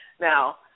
Now